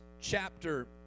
chapter